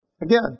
Again